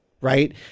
right